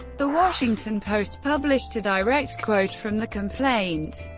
the washington post published a direct quote from the complaint,